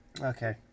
Okay